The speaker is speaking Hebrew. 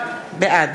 בעד